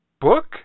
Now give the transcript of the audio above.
Book